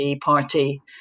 party